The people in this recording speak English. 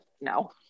no